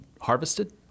harvested